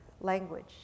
language